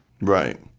Right